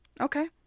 Okay